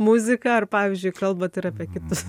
muziką ar pavyzdžiui kalbat ir apie kitus